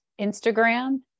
Instagram